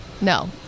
No